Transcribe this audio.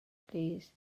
plîs